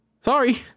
Sorry